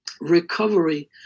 recovery